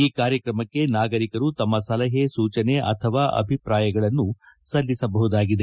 ಈ ಕಾರ್ಯಕ್ರಮಕ್ಕೆ ನಾಗರಿಕರು ತಮ್ಮ ಸಲಹೆ ಸೂಚನೆ ಅಥವಾ ಅಭಿಪ್ರಾಯಗಳನ್ನು ಸಲ್ಲಿಸಬಹುದಾಗಿದೆ